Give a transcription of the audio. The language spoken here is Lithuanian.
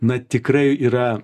na tikrai yra